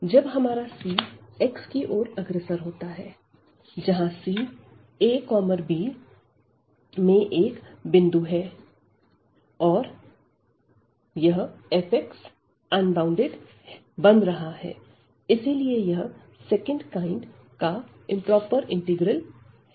जब हमारा x c की ओर अग्रसर होता है जहां c a b में एक बिंदु है और यह fx अनबॉउंडेड बन रहा है इसीलिए यह सेकंड काइंड का इंप्रोपर इंटीग्रल है